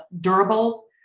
durable